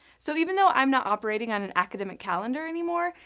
so even though i'm not operating on an academic calendar anymore,